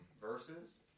verses